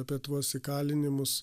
apie tuos įkalinimus